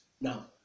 Now